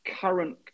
current